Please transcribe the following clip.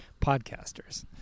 podcasters